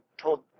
told